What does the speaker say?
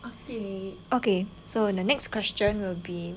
okay so the next question will be